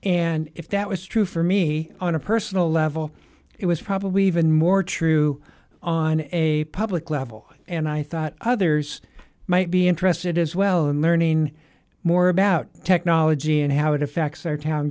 and if that was true for me on a personal level it was probably even more true on a public level and i thought others might be interested as well i'm learning more about technology and how it effects our town